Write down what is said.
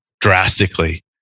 drastically